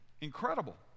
incredible